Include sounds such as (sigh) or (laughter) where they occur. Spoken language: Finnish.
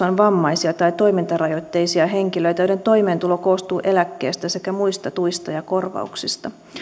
(unintelligible) on vammaisia tai toimintarajoitteisia henkilöitä joiden toimeentulo koostuu eläkkeestä sekä muista tuista ja korvauksista